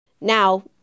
Now